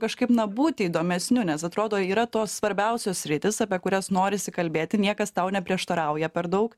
kažkaip na būti įdomesniu nes atrodo yra tos svarbiausios sritys apie kurias norisi kalbėti niekas tau neprieštarauja per daug